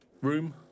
room